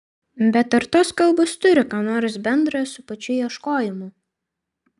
bet ar tos kalbos turi ką nors bendra su pačiu ieškojimu